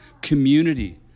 community